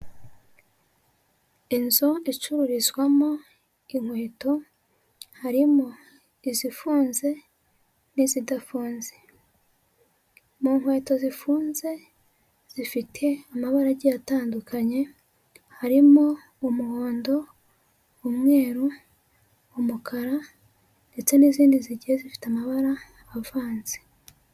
Inzu icururizwamo inkweto harimo izifunze n'izidafunze mu nkweto zifunze zifite amabara agiye atandukanye harimo umuhondo, umweru, umukara ndetse n'izindi zigiye zifite amabara avanze.